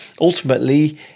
ultimately